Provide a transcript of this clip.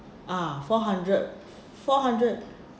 ah four hundred